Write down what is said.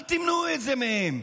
אל תמנעו את זה מהם,